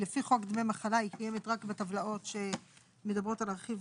היא לפי חוק דמי מחלה היא קיימת רק בטבלאות שמדברות על רכיב